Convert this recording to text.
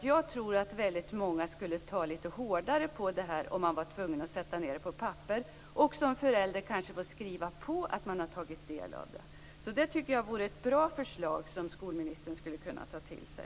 Jag tror att väldigt många skulle ta litet hårdare på det här om man var tvungen att sätta ned det på papper och att man som förälder kanske skulle få skriva på att man har tagit del av det. Det tycker jag är ett bra förslag som skolministern skulle kunna ta till sig.